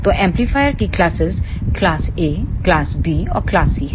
तो एम्पलीफायर की classes class Aक्लास B और क्लास C हैं